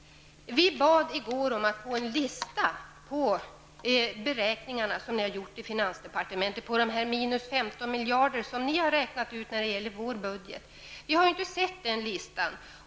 Vi bad i går att få en lista över de beräkningar som ni gjort i finansdepartementet och då kommit fram till ett minus på 15 miljarder i vår budget. Jag har inte sett den listan.